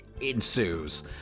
ensues